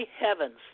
heavens